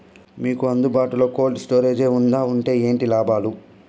మీకు అందుబాటులో బాటులో కోల్డ్ స్టోరేజ్ జే వుందా వుంటే ఏంటి లాభాలు?